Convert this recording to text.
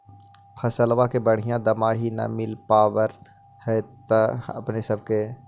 फसलबा के बढ़िया दमाहि न मिल पाबर होतो अपने सब के?